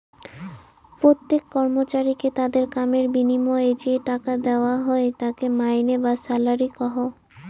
প্রত্যেক কর্মচারীকে তাদের কামের বিনিময়ে যে টাকা দেওয়া হই তাকে মাইনে বা স্যালারি কহু